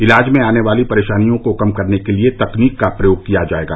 इलाज में आने वाली परेशानियों को कम करने के लिए तकनीक का प्रयोग किया जायेगा